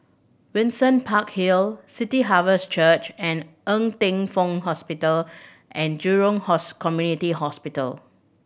Windsor Park Hill City Harvest Church and Ng Teng Fong Hospital and Jurong Community Hospital